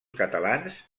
catalans